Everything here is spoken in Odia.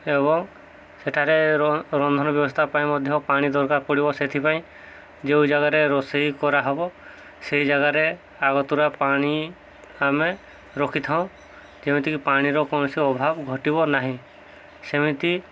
ଏବଂ ସେଠାରେ ର ରନ୍ଧନ ବ୍ୟବସ୍ଥା ପାଇଁ ମଧ୍ୟ ପାଣି ଦରକାର ପଡ଼ିବ ସେଥିପାଇଁ ଯେଉଁ ଜାଗାରେ ରୋଷେଇ କରାହବ ସେଇ ଜାଗାରେ ଆଗତୁରା ପାଣି ଆମେ ରଖିଥାଉଁ ଯେମିତିକି ପାଣିର କୌଣସି ଅଭାବ ଘଟିବ ନାହିଁ ସେମିତି